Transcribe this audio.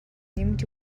нэмж